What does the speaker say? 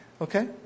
Okay